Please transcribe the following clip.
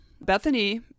Bethany